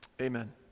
Amen